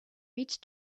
reach